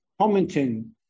Commenting